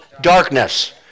darkness